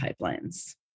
pipelines